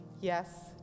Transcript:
yes